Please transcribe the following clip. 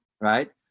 right